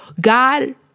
God